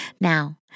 Now